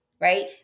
Right